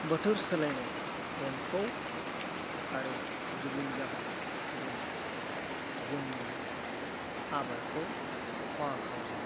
बोथोर सोलायनाय एम्फौ आरो गुबुन जाहोननि जुनै जोंनि आबादखौ खहा खालामो